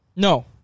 No